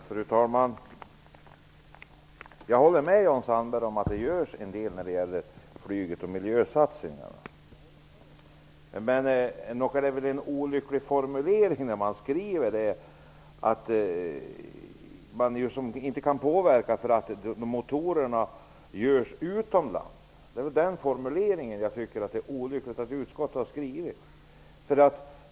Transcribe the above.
Fru talman! Jag håller med Jan Sandberg om att det görs en del miljösatsningar när det gäller flyget. Men nog är det en olycklig formulering när det skrivs att man inte kan påverka därför att motorerna görs utomlands. Jag tycker att det är en olycklig formulering av utskottet.